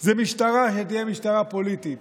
זה שהמשטרה תהיה משטרה פוליטית,